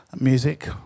music